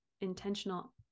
intentional